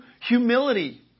humility